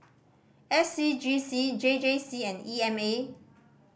S C G C J J C and E M A